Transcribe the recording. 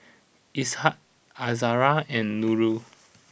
Ishak Izzara and Nurul